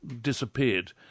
disappeared